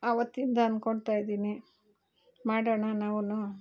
ಆವತ್ತಿಂದ ಅಂದ್ಕೊಳ್ತ ಇದ್ದೀನಿ ಮಾಡೋಣ ನಾವುನೂ